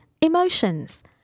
emotions